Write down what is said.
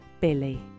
Billy